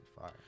fire